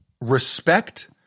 respect